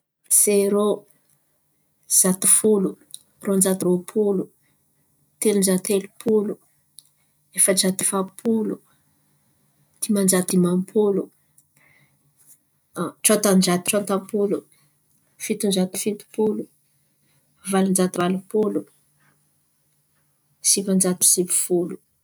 Zero, zato folo, roan-jato roa-polo, telon-jato telo-polo, efa-jato efa-polo, diman-jato dimam-polo, tsôtan-jato tsôtam-polo, fiton-jato fito-polo, valon-jato valo-polo, sivan-jato sivy folo.